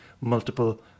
multiple